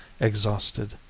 exhausted